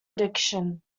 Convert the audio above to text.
addiction